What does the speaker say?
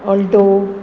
alto